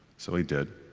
so he did.